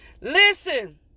Listen